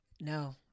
no